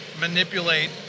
manipulate